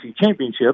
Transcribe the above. championship